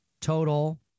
total